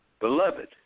Beloved